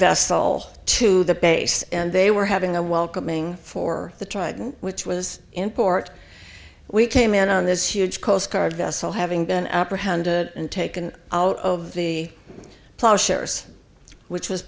vessel to the base and they were having a welcoming for the trident which was in port we came in on this huge coast guard vessel having been apprehended and taken out of the ploughshares which was